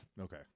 Okay